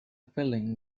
feeling